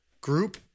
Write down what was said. group